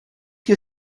you